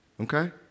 Okay